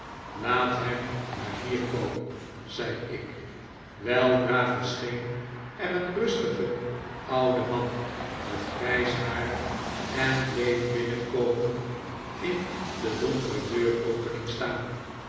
laat hem maar hier komen zei ik weldra verscheen er een rustige oude man met grijs haar en bleef binnenkomend in de donkere deuropening staan